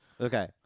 Okay